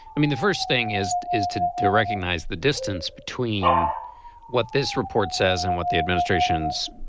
i mean the first thing is is to to recognize the distance between what this report says and what the administration's